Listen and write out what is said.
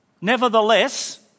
nevertheless